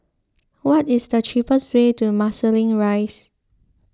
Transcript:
What is the cheapest way to Marsiling Rise